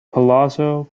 palazzo